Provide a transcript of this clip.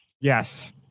Yes